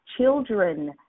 children